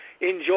Enjoy